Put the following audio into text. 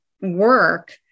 work